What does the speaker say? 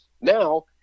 Now